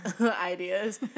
ideas